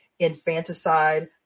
infanticide